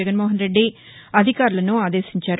జగన్మోహన్రెడ్డి అధికారులను ఆదేశించారు